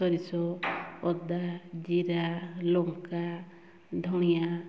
ସୋରିଷ ଅଦା ଜିରା ଲଙ୍କା ଧନିଆ